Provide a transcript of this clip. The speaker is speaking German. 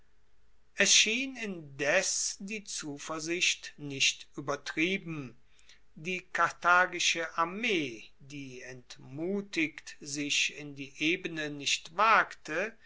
es schien indes die zuversicht nicht uebertrieben die karthagische armee die entmutigt sich in die ebene nicht wagte